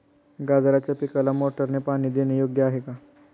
गाजराच्या पिकाला मोटारने पाणी देणे योग्य आहे का?